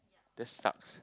that's sucks